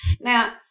Now